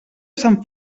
sant